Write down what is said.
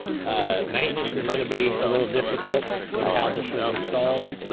ah maintenance is gonna be a little difficult with how this was installed.